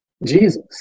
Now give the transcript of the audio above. jesus